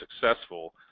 successful